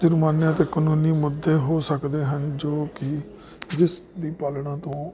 ਤੇ ਜੁਰਮਾਨੇ ਤੇ ਕਾਨੂੰਨੀ ਮੁੱਦੇ ਹੋ ਸਕਦੇ ਹਨ ਜੋ ਕਿ ਜਿਸ ਦੀ ਪਾਲਣਾ ਤੋ